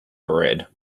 bread